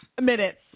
Minutes